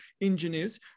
engineers